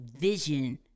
vision